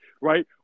right